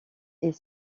est